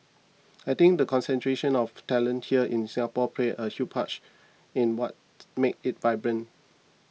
I think the concentration of talent here in Singapore plays a huge part in what makes it vibrant